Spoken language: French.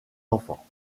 enfants